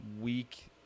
week